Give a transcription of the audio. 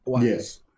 yes